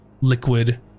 liquid